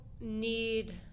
need